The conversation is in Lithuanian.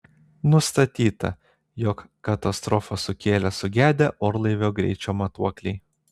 nustatyta jog katastrofą sukėlė sugedę orlaivio greičio matuokliai